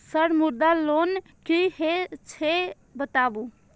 Sir Mudra loan की हे छे बताबू?